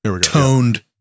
toned